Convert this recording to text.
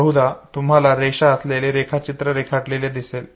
बहुदा तुम्हाला रेषा असलेले रेखाचित्र रेखाटलेले दिसेल